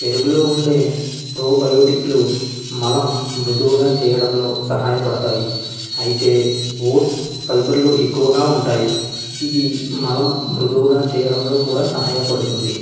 పెరుగులో ఉండే ప్రోబయోటిక్లు మలం మృదువుగా చేయడంలో సహాయపడతాయి అయితే ఓట్స్ ఫైబర్లు ఎక్కువగా ఉంటాయి ఇది మలం మృదువుగా చేయడంలో కూడా సహాయపడుతుంది